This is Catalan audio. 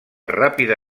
ràpida